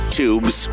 tubes